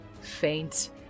faint